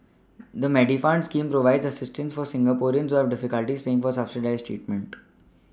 the Medifund scheme provides assistance for Singaporeans who have difficulties paying for subsidized treatment